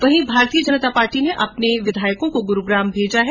वहीं भारतीय जनता पार्टी ने अपने विधायकों को गुरुग्राम भेजा है